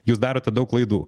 jūs darote daug klaidų